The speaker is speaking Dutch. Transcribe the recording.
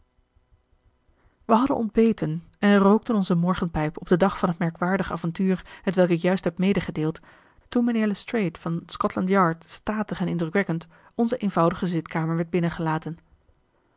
wij hadden ontbeten en rookten onze morgenpijp op den dag van het merkwaardig avontuur hetwelk ik juist heb meegedeeld toen mijnheer lestrade van scotland yard statig en indrukwekkend onze eenvoudige zitkamer werd binnengelaten